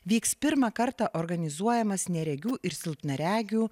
vyks pirmą kartą organizuojamas neregių ir silpnaregių